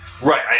Right